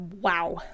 Wow